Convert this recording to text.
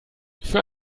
für